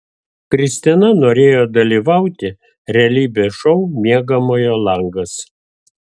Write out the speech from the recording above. kristina norėjo dalyvauti realybės šou miegamojo langas